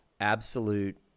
absolute